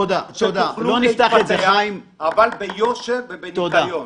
רק שתעשו את זה ביושר ובניקיון.